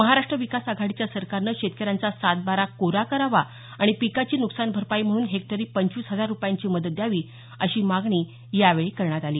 महाराष्ट्र विकास आघाडीच्या सरकारनं शेतकऱ्यांचा सातबारा कोरा करावा आणि पिकाची नुकसान भरपाई म्हणून हेक्टरी पंचवीस हजार रुपयांची मदत द्यावी अशी मागणी यावेळी करण्यात आली